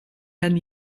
dann